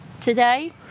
Today